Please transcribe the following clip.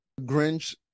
Grinch